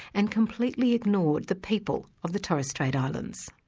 and completely ignored the people of the torres strait islands.